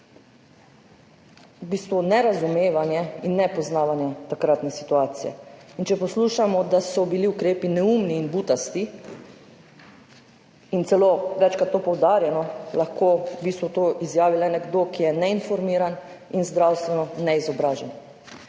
v bistvu nerazumevanje in nepoznavanje takratne situacije. In ko poslušamo, da so bili ukrepi neumni in butasti, celo večkrat je bilo to poudarjeno, lahko v bistvu to izjavi le nekdo, ki je neinformiran in zdravstveno neizobražen.